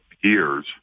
years